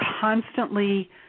constantly